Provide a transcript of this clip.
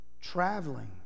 traveling